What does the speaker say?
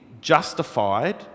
justified